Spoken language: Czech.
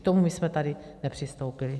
K tomu my jsme tady nepřistoupili.